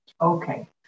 Okay